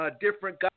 different